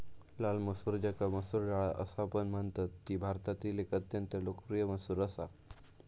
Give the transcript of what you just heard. लाल मसूर ज्याका मसूर डाळ असापण म्हणतत ती भारतातील एक अत्यंत लोकप्रिय मसूर असा